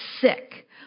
sick